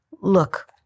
look